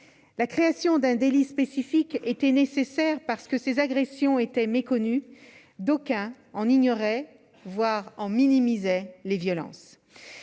La création d'un délit spécifique était nécessaire parce que ces agressions étaient méconnues. D'aucuns en ignoraient, voire en minimisaient la violence.